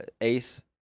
Ace